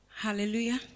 Hallelujah